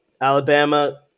Alabama